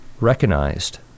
recognized